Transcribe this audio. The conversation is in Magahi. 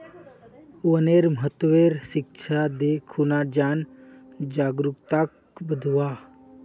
वनेर महत्वेर शिक्षा दे खूना जन जागरूकताक बढ़व्वा